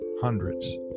Hundreds